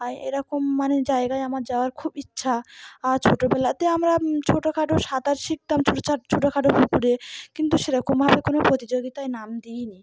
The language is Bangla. আর এরকম মানে জায়গায় আমার যাওয়ার খুব ইচ্ছা আর ছোটোবেলাতে আমরা ছোটোখাটো সাঁতার শিখতাম ছোট ছোটোখাটো পুকুরে কিন্তু সেরকমভাবে কোনো প্রতিযোগিতায় নাম দিইনি